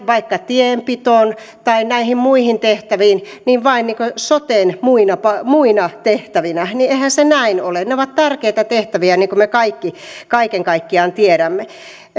ja vaikka tienpitoon ja näihin muihin tehtäviin vain soteen nähden muina tehtävinä eihän se näin ole ne ovat tärkeitä tehtäviä niin kuin me kaikki kaiken kaikkiaan tiedämme